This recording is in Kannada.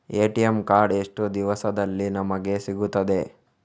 ಎ.ಟಿ.ಎಂ ಕಾರ್ಡ್ ಎಷ್ಟು ದಿವಸದಲ್ಲಿ ನಮಗೆ ಸಿಗುತ್ತದೆ?